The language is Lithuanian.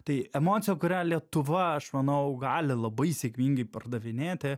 tai emocija kurią lietuva aš manau gali labai sėkmingai pardavinėti